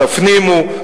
תפנימו,